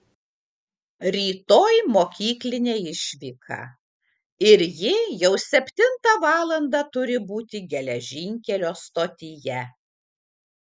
rytoj mokyklinė išvyka ir ji jau septintą valandą turi būti geležinkelio stotyje